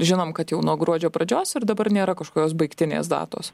žinom kad jau nuo gruodžio pradžios ir dabar nėra kažkokios baigtinės datos